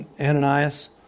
Ananias